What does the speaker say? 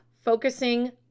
focusing